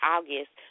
August